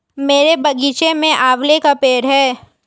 मेरे बगीचे में आंवले का पेड़ है